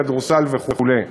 כדורסל וכו'.